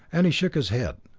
and he shook his head.